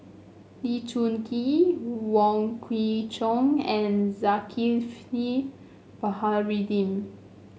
Lee Choon Kee Wong Kwei Cheong and Zulkifli Baharudin